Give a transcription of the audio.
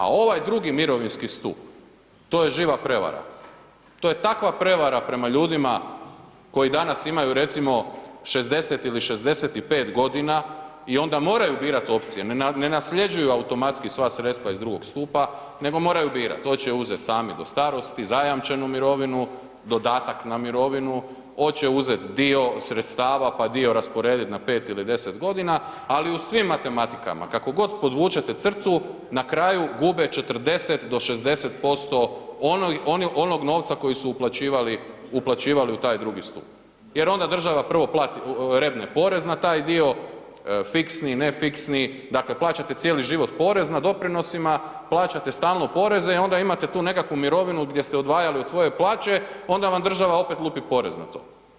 A ovaj drugi mirovinski stup, to je živa prevara, to je takva prevara prema ljudima koji danas imaju recimo 60 ili 65.g. i onda moraju birat opcije, ne nasljeđuju automatski sva sredstva iz drugog stupa, nego moraju birat, oće uzet sami do starosti zajamčenu mirovinu, dodatak na mirovinu, oće uzet dio sredstava, pa dio rasporedit na 5 ili 10.g., ali u svim matematikama kako god podvučete crtu na kraju gube 40 do 60% onog novca koji su uplaćivali, uplaćivali u taj drugi stup jer onda država prvo plati, revne porez na taj dio, fiksni, ne fiksni, dakle plaćate cijeli život porez na doprinosima, plaćate stalno poreze i onda imate tu nekakvu mirovinu gdje ste odvajali od svoje prave onda vam država opet lupi porez na to.